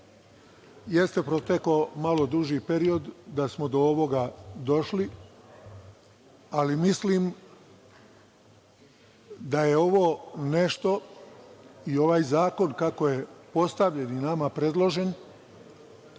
Jeste protekao malo duži period da smo do ovoga došli, ali mislim da je ovo nešto i ovaj zakon kako je postavljen i nama predložen